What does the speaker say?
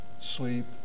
sleep